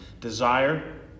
desire